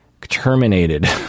terminated